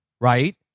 right